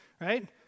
right